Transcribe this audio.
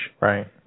Right